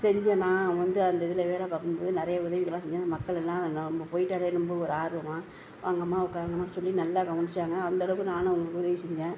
செஞ்சோனா வந்து அந்த இதில் வேலை பார்க்கும்போது நிறைய உதவிகள்லாம் செஞ்சேன் அந்த மக்கள் எல்லாம் நம்ம போய்ட்டாலே ரொம்ப ஒரு ஆர்வமாக வாங்கம்மா உக்காருங்கம்மான்னு சொல்லி நல்லா கவனிச்சாங்க அந்த அளவுக்கு நானும் அவங்களுக்கு உதவி செஞ்சேன்